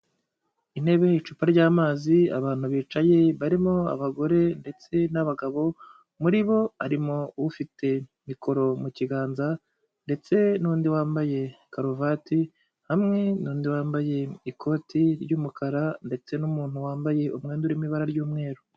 Intebe, icupa ry'amazi, abantu bicaye barimo: abagore ndetse n'abagabo, muri bo harimo ufite mikoro mu kiganza ndetse n'undi wambaye karuvati hamwe n'undi wambaye ikoti ry'umukara ndetse n'umuntu wambaye umwenda urimo ibara ry'umweru.